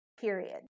period